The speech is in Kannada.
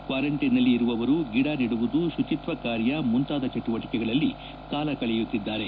ಕ್ವಾರಂಟೈನ್ನಲ್ಲಿ ಇರುವವರು ಗಿಡ ನೆಡುವುದು ಶುಚಿತ್ವ ಕಾರ್ಯ ಮುಂತಾದ ಚಟುವಟಕೆಗಳಲ್ಲಿ ಕಾಲಕಳೆಯುತ್ತಿದ್ದಾರೆ